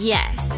Yes